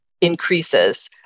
increases